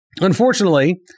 unfortunately